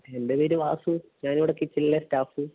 എൻ്റെ പേര് വാസു ഞാൻ ഇവിടെ കിച്ചൺലെ സ്റ്റാഫ്